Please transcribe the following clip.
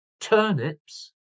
turnips